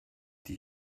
die